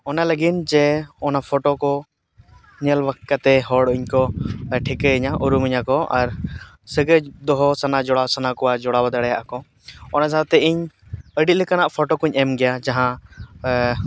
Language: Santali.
ᱚᱱᱟ ᱞᱟᱹᱜᱤᱱ ᱡᱮ ᱚᱱᱟ ᱯᱷᱳᱴᱳᱠᱚ ᱧᱮᱞ ᱠᱟᱛᱮ ᱦᱚᱲ ᱤᱧᱠᱚ ᱴᱷᱤᱠᱟᱹᱧᱟ ᱩᱨᱩᱢᱤᱧᱟᱹᱠᱚ ᱟᱨ ᱥᱟᱹᱜᱟᱹᱭ ᱫᱚᱦᱚ ᱥᱟᱱᱟ ᱡᱚᱲᱟᱣ ᱥᱟᱱᱟ ᱠᱚᱣᱟ ᱡᱚᱲᱟᱣ ᱫᱟᱲᱮᱭᱟᱜᱼᱟ ᱠᱚ ᱚᱱᱟ ᱥᱟᱶᱛᱮ ᱤᱧ ᱟᱹᱰᱤ ᱞᱮᱠᱟᱱᱟᱜ ᱯᱷᱳᱴᱳᱠᱚᱧ ᱮᱢᱜᱮᱭᱟ ᱡᱟᱦᱟᱸ